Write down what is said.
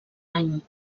any